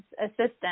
assistant